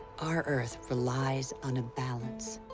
our earth relies on a balance,